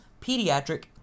pediatric